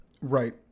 right